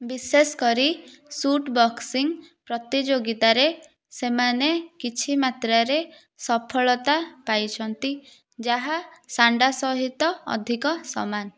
ବିଶେଷ କରି shoot boxing ପ୍ରତିଯୋଗିତାରେ ସେମାନେ କିଛି ମାତ୍ରାରେ ସଫଳତା ପାଇଛନ୍ତି ଯାହା ସାଣ୍ଡା ସହିତ ଅଧିକ ସମାନ